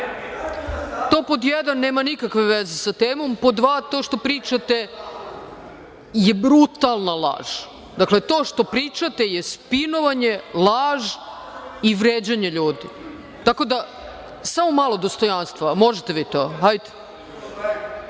To pod jedan nema nikakve veze sa temom. Pod dva, to što pričate je brutalna laž. Dakle, to što pričate je spinovanje, laž i vređanje ljudi. Tako da samo malo dostojanstva, možete vi to, hajde.